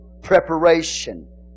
preparation